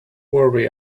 worry